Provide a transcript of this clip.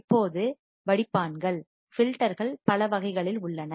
இப்போது வடிப்பான்கள் பில்டர்கள் பல வகைகளில் உள்ளன